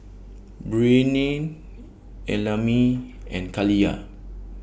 Breanne Ellamae and Kaliyah